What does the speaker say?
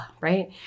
right